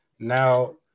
Now